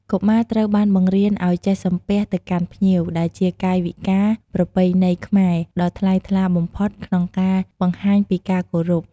កុមារត្រូវបានបង្រៀនឲ្យ ចេះសំពះ ទៅកាន់ភ្ញៀវ ដែលជាកាយវិការប្រពៃណីខ្មែរដ៏ថ្លៃថ្លាបំផុតក្នុងការបង្ហាញពីការគោរព។